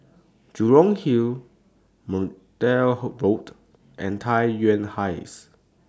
Jurong Hill Mcnair Road and Tai Yuan Heights